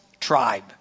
tribe